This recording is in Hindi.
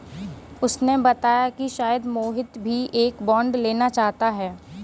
उसने बताया कि शायद मोहित भी एक बॉन्ड लेना चाहता है